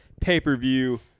pay-per-view